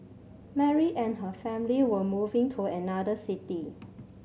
Mary and her family were moving to another city